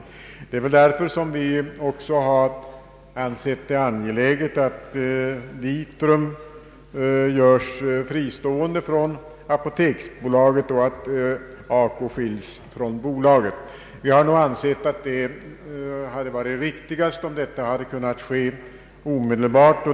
Därför har vi också ansett det angeläget att Vitrum görs fristående från apoteksbolaget och att ACO skiljs från bolaget. Vi anser att det varit riktigast om detta kunnat ske omedelbart.